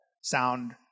sound